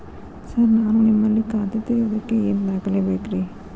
Sir ನಾನು ನಿಮ್ಮಲ್ಲಿ ಖಾತೆ ತೆರೆಯುವುದಕ್ಕೆ ಏನ್ ದಾಖಲೆ ಬೇಕ್ರಿ?